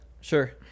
Sure